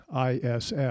ISS